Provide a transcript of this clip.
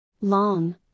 Long